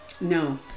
No